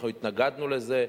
אנחנו התנגדנו לזה,